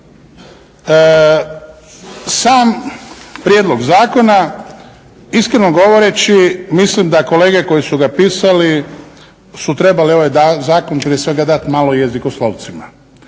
Sam prijedlog zakona, iskreno govoreći mislim da kolege koje su ga pisali su trebale ovaj zakon prije svega dati jezikoslovcima.